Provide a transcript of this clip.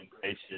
gracious